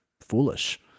foolish